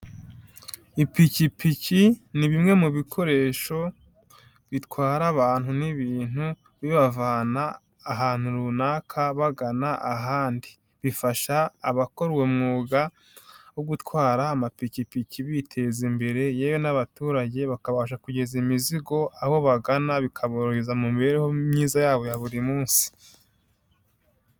Ipikipiki ni bimwe mu bikoresho bitwara abantu n'ibintu, bibavana ahantu runaka bagana ahandi, bifasha abakora umwuga wo gutwara amapikipiki biteza imbere yewe n'abaturage bakabasha kugeza imizigo aho bagana bikaborohereza mu mibereho myiza yabo ya buri munsi.